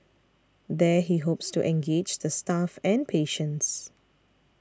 there he hopes to engage the staff and patients